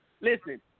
Listen